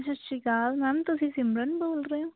ਸਤਿ ਸ਼੍ਰੀ ਅਕਾਲ ਮੈਮ ਤੁਸੀਂ ਸਿਮਰਨ ਬੋਲ ਰਹੇ ਹੋ